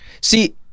See